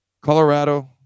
Colorado